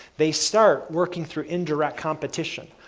they start working through indirect competition.